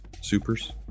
supers